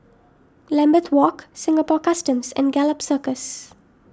Lambeth Walk Singapore Customs and Gallop Circus